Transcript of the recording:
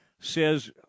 says